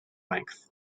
length